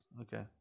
Okay